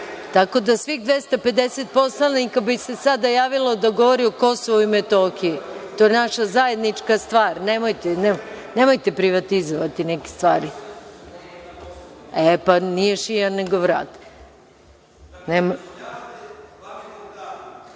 tako da svih 250 poslanika bi se sada javilo da govori o Kosovu i Metohiji. To je naša zajednička stvar. Nemojte privatizovati neke stvari.(Slaviša Ristić,